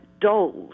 dolls